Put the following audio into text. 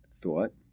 thought